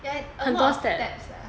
there is a lot of steps ah